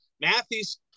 Matthew's